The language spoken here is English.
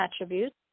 attributes